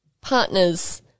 partners